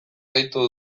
gehitu